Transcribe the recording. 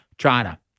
China